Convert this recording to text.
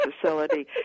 facility